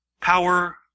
Power